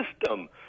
system